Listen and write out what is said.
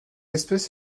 espèce